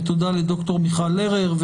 ותודה לד"ר מיכל לרר,